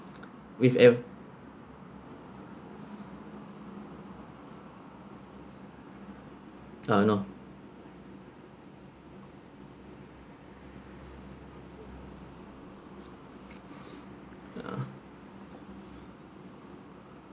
with a ah no ah